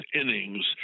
innings